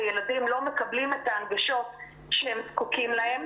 וילדים לא מקבלים את ההנגשות שהם זקוקים להם.